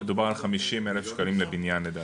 מדובר על 50 אלף שקלים לבניין לדעתי.